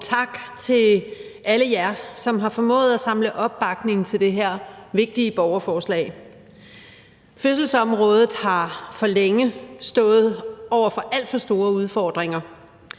og tak til alle jer, som har formået at samle opbakning til det her vigtige borgerforslag. Fødselsområdet har for længe stået over for alt for store udfordringer.